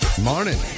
Morning